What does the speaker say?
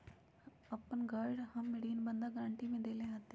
अपन घर हम ऋण बंधक गरान्टी में देले हती